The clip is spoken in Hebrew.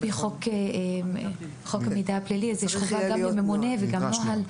על פי חוק המידע הפלילי יש גם ממונה וגם נוהל,